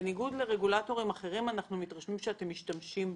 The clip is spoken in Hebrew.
בניגוד לרגולטורים אחרים התרשמנו שאתם כן משתמשים בהן.